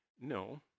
No